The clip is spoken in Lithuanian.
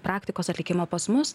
praktikos atlikimo pas mus